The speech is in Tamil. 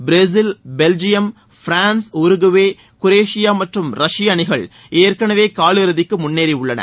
Brazil Belgium France Uruguay Croatia மற்றும் ரஷ்ய அணிகள் ஏற்கனவே காலியிறுதிக்கு முன்னேறியுள்ளன